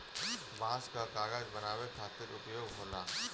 बांस कअ कागज बनावे खातिर उपयोग होला